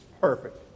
perfect